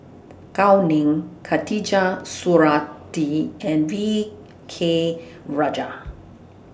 Gao Ning Khatijah Surattee and V K Rajah